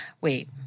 Wait